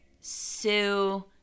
Sue